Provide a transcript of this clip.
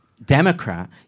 democrat